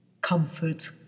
Comfort